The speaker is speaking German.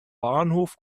bahnhof